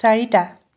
চাৰিটা